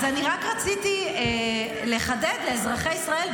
אז אני רק רציתי לחדד לאזרחי ישראל,